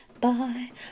Bye